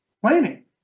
planning